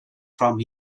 from